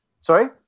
Sorry